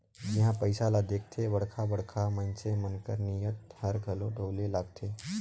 जिहां पइसा ल देखथे बड़खा बड़खा मइनसे मन कर नीयत हर घलो डोले लगथे